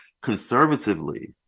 conservatively